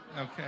okay